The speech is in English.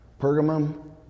Pergamum